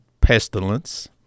pestilence